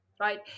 Right